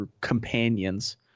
companions